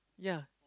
yeah